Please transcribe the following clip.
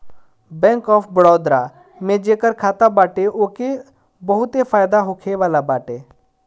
bank of Baroda में जेकर खाता बाटे ओके बहुते फायदा होखेवाला बाटे